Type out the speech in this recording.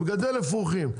מגדל אפרוחים,